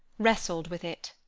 wrestled with it.